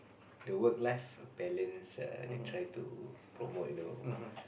the work life balance err they try to promote you know